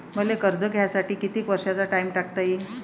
मले कर्ज घ्यासाठी कितीक वर्षाचा टाइम टाकता येईन?